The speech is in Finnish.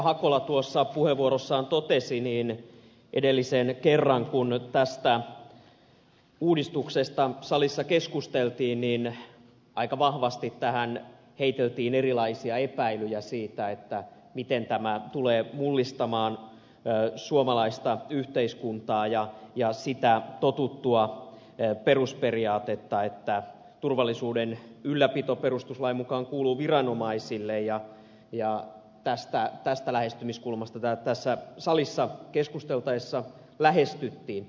hakola tuossa puheenvuorossaan totesi niin edellisen kerran kun tästä uudistuksesta salissa keskusteltiin aika vahvasti tähän heiteltiin erilaisia epäilyjä siitä miten tämä tulee mullistamaan suomalaista yhteiskuntaa ja sitä totuttua perusperiaatetta että turvallisuuden ylläpito perustuslain mukaan kuuluu viranomaisille ja tästä lähestymiskulmasta tässä salissa keskusteltaessa lähestyttiin